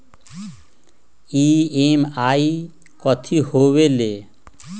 EMI कथी होवेले?